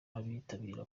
abitabira